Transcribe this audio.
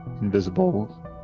Invisible